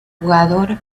jugador